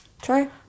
True